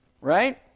Right